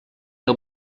que